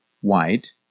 White